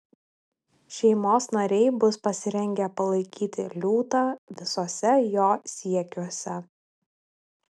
šeimos nariai bus pasirengę palaikyti liūtą visuose jo siekiuose